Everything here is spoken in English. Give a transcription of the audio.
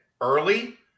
early